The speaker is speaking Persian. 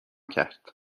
کرد